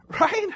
right